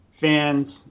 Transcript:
fans